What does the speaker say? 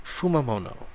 Fumamono